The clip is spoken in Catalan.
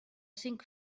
cinc